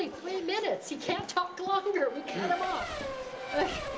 minutes. he can't talk longer. we cut him off. well,